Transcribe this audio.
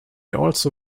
also